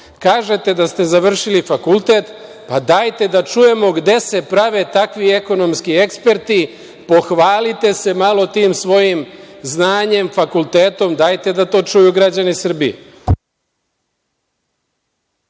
Kažete da ste završili fakultet, pa dajte da čujemo gde se prave takvi ekonomski eksperti, pohvalite se malo tim svojim znanjem fakultetom, dajete da to čuju građani Srbije.